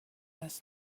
las